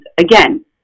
again